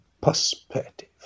perspective